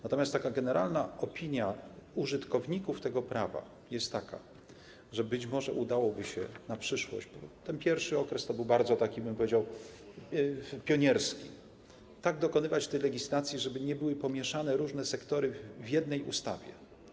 Natomiast generalna opinia użytkowników tego prawa jest taka, że być może udałoby się na przyszłość - bo ten pierwszy okres był bardzo taki, powiedziałbym, pionierski - tak dokonywać legislacji, żeby nie były pomieszane różne sektory w jednej ustawie.